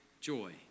joy